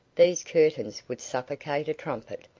these curtains would suffocate a trumpet.